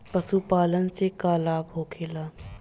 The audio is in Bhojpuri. पशुपालन से का लाभ होखेला?